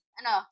ano